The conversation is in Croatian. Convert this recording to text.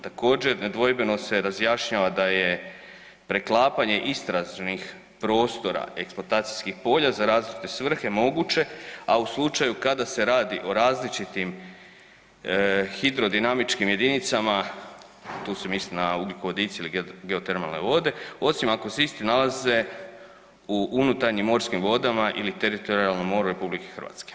Također, nedvojbeno se razjašnjava da je preklapanje istražnih prostora eksploatacijskih polja za različite svrhe moguće, a u slučaju kada se radi o različitim hidrodinamičkim jedinicama, tu se misli na ugljikovodici ili geotermalne vode, osim ako se isti nalaze u unutarnjim morskim vodama ili teritorijalnom moru RH.